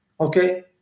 okay